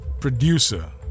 producer